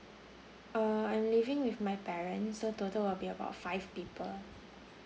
uh I'm living with my parents so total will be about five people